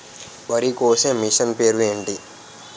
వరి కోసే మిషన్ పేరు ఏంటి